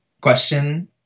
question